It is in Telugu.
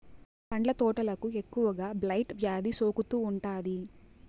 పండ్ల తోటలకు ఎక్కువగా బ్లైట్ వ్యాధి సోకుతూ ఉంటాది